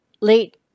late